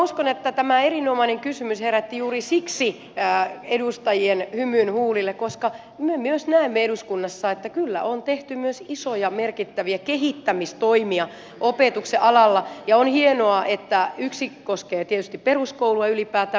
minä uskon että tämä erinomainen kysymys herätti juuri siksi edustajien hymyn huulille koska me myös näemme eduskunnassa että kyllä on tehty myös isoja merkittäviä kehittämistoimia opetuksen alalla ja on hienoa että yksi koskee tietysti peruskoulua ylipäätään